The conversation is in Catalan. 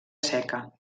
seca